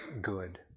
good